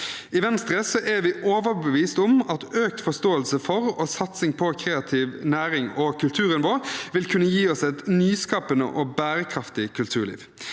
I Venstre er vi overbevist om at økt forståelse for og satsing på kreativ næring og kulturen vår vil kunne gi oss et nyskapende og bærekraftig kulturliv.